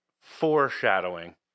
foreshadowing